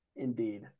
Indeed